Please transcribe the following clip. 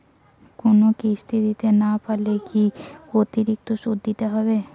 কোনো কিস্তি দিতে না পারলে কি অতিরিক্ত সুদ দিতে হবে?